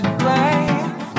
blame